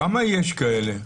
כמה כאלה יש?